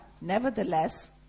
nevertheless